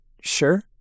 sure